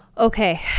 okay